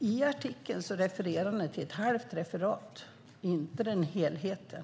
I artikeln refererar ni till ett halvt citat, inte helheten.